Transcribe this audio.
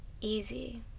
easy